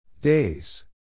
days